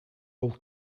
old